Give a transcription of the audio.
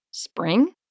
Spring